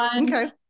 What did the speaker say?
Okay